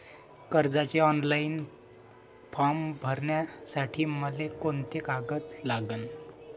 कर्जाचे online form भरासाठी मले कोंते कागद लागन?